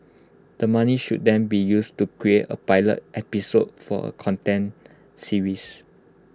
the money should then be used to create A pilot episode for A content series